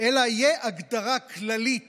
תהיה הגדרה כללית